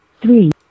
three